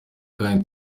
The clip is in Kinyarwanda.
kandi